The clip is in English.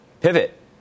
pivot